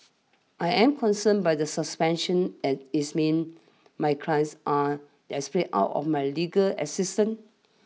I am concerned by the suspension as its means my clients are desperate out of my legal assistance